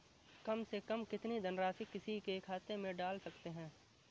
कम से कम कितनी धनराशि किसी के खाते में डाल सकते हैं?